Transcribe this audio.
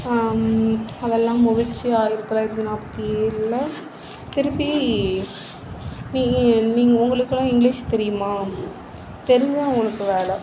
அதெல்லாம் முடிச்சு ஆயிரத்தி தொள்ளாயிரத்தி நாற்பத்தி ஏழில் திருப்பி நீ நீங்கள் உங்களுக்கெல்லாம் இங்கிலீஷ் தெரியுமா தெரிஞ்சவங்களுக்கு வேலை